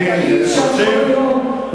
כי אי-אפשר כל היום רק,